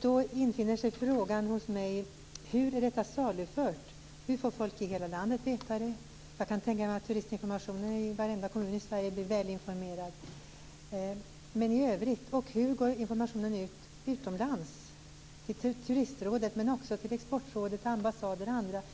Då infinner sig frågan hos mig: Hur är detta salufört? Hur får folk i hela landet veta det? Jag kan tänka mig att turistinformationen i varenda kommun i Sverige blir välinformerad. Men i övrigt? Och hur går informationen ut utomlands? Det gäller Turistrådet, men det gäller också Exportrådet, ambassaderna och andra.